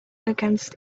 against